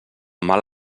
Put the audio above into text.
mal